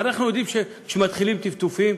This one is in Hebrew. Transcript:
אנחנו יודעים שכשמתחילים טפטופים